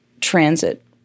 transit